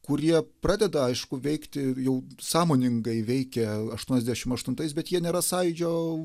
kurie pradeda aišku veikti jau sąmoningai veikė aštuoniasdešimt aštuntais bet jie nėra sąjūdžio